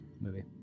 movie